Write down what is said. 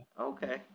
Okay